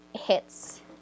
hits